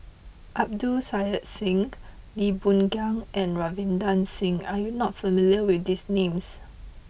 Abdul Kadir Syed Lee Boon Ngan and Ravinder Singh are you not familiar with these names